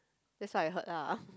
that's what I heard lah